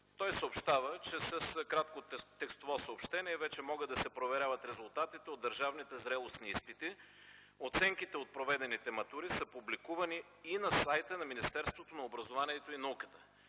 Той съобщава, че с кратко текстово съобщение вече ще могат да се проверяват резултатите от държавните зрелостни изпити. Оценките от проведените матури са публикувани и на сайта на Министерството на образованието, младежта